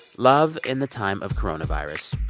love in the time of coronavirus.